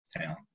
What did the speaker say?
town